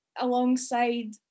alongside